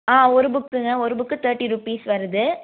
ஆ ஒரு புக்குங்க ஒரு புக் தேர்ட்டி ருபீஸ் வருது